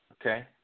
Okay